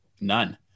none